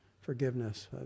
forgiveness